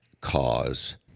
cause